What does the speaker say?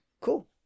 Cool